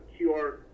qr